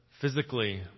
physically